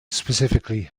specifically